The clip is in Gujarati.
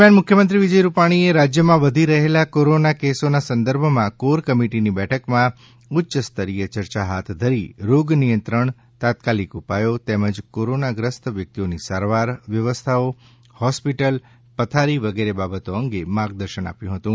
દરમિયાન મુખ્યમંત્રી વિજય રૂપાણીએ રાજ્યમાં વધી રહેલા કોરોના કેસોના સંદર્ભમાં કોર કમિટીની બેઠકમાં ઉચ્ચ સ્તરીય ચર્ચા હાથ ધરી રોગ નિયંત્રણ તાત્કાલિક ઉપાયો તેમજ કોરોનાગ્રસ્ત વ્યક્તિઓની સારવાર વ્યવસ્થાઓ હોસ્પિટલ પથારી વગેરે બાબતો અંગે માર્ગદર્શન આપ્યુ હતું